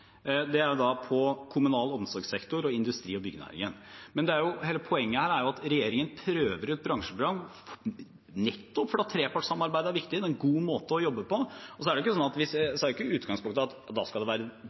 er for kommunal omsorgssektor og industri- og byggenæringen. Men hele poenget her er at regjeringen prøver ut bransjeprogram nettopp fordi trepartssamarbeidet er viktig, det er en god måte å jobbe på. Utgangspunktet er jo ikke at det bare skal være dem, og så skal det ikke